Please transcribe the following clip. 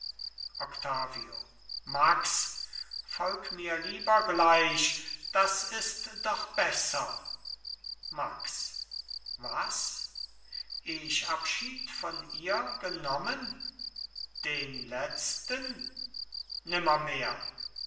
octavio max folg mir lieber gleich das ist doch besser max was eh ich abschied noch von ihr genommen den letzten